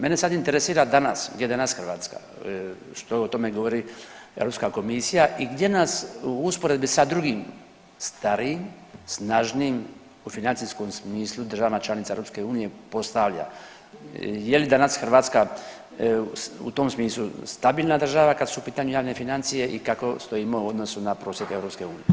Mene sad interesira danas, gdje je danas Hrvatska, što o tome govori Europska komisija i gdje nas u usporedbi sa drugim starijim snažnijim u financijskom smislu država članica EU postavlja, je li danas Hrvatska u tom smislu stabilna država kad su u pitanju javne financije i kako stojimo u odnosu na prosjek EU?